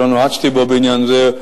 שלא נועצתי בו בעניין זה.